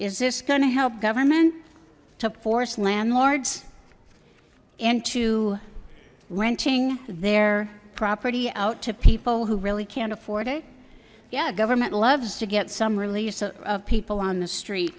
is this going to help government took force landlords into renting their property out to people who really can't afford it yeah government loves to get some release of people on the street